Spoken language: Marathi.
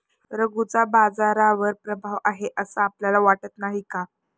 रघूचा बाजारावर प्रभाव आहे असं आपल्याला वाटत नाही का?